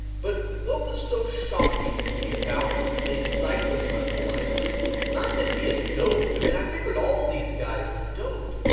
but what was so shocking to me about this, being a cyclist my whole life, was not that he had doped. i mean, i figured all these guys had doped.